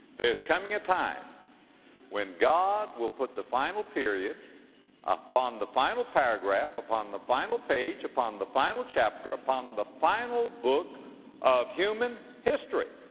there's coming a time when god will put the final period upon the final paragraph, upon the final page, upon the final chapter, upon the final book of human history.